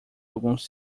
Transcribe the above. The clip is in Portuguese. alguns